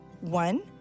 One